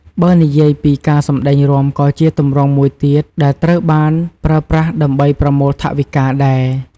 បើនិយាយពី ការសម្ដែងរាំក៏ជាទម្រង់មួយទៀតដែលត្រូវបានប្រើប្រាស់ដើម្បីប្រមូលថវិការដែរ។